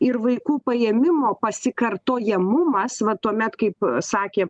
ir vaikų paėmimo pasikartojamumas va tuomet kaip sakė